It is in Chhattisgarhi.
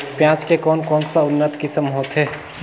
पियाज के कोन कोन सा उन्नत किसम होथे?